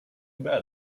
bad